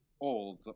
old